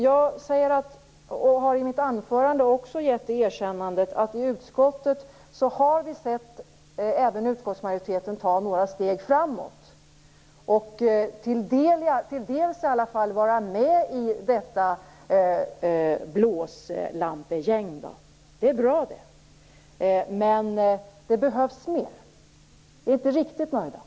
Jag säger, och jag har i mitt anförande också givit det erkännandet, att vi i utskottet även har sett majoriteten ta några steg framåt. Till dels har den i alla fall varit med i detta blåslampegäng. Det är bra, men det behövs mer. Vi är inte riktigt nöjda.